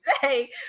today